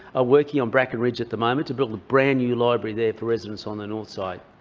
ah working on bracken ridge at the moment to build a brand new library there for residents on the north side,